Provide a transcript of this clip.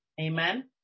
amen